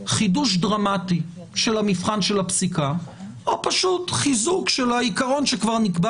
חידוש דרמטי של המבחן של הפסיקה או פשוט חיזוק של העיקרון שכבר נקבע